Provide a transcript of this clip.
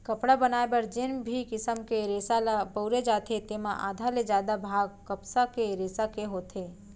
कपड़ा बनाए बर जेन भी किसम के रेसा ल बउरे जाथे तेमा आधा ले जादा भाग कपसा के रेसा के होथे